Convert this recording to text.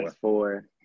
four